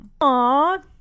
aww